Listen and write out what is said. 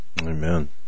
Amen